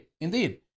indeed